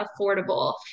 affordable